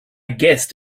guessed